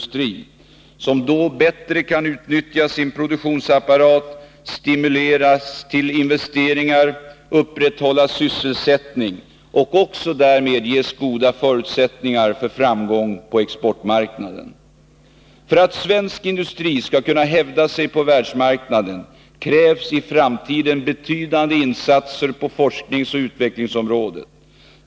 Den kan då bättre utnyttja sin produktionsapparat och upprätthålla sysselsättning, samtidigt som den stimuleras till investeringar och ges goda förutsättningar för framgång på exportmarknaden. För att svensk industri skall kunna hävda sig på världsmarknaden krävs i framtiden betydande insatser på forskningsoch utvecklingsområdet.